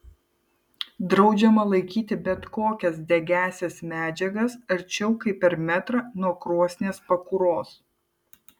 draudžiama laikyti bet kokias degiąsias medžiagas arčiau kaip per metrą nuo krosnies pakuros